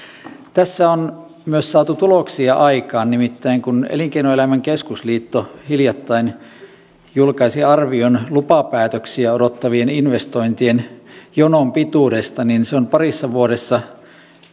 tässä on myös saatu tuloksia aikaan nimittäin kun elinkeinoelämän keskusliitto hiljattain julkaisi arvion lupapäätöksiä odottavien investointien jonon pituudesta niin se on parissa vuodessa